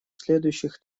следующих